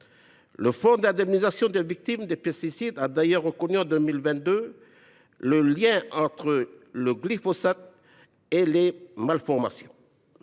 Le fonds d’indemnisation des victimes des pesticides a d’ailleurs reconnu en 2022 le lien entre le glyphosate et les malformations.